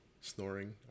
snoring